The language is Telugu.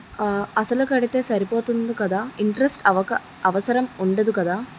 అసలు కడితే సరిపోతుంది కదా ఇంటరెస్ట్ అవసరం ఉండదు కదా?